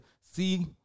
see